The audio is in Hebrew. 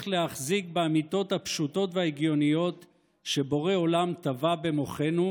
להחזיק באמיתות הפשוטות וההגיוניות שבורא עולם טבע במוחנו,